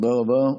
תודה רבה.